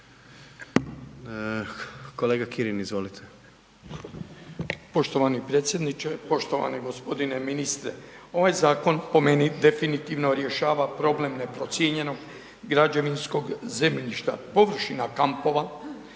Kolega Grmoja, izvolite.